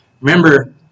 remember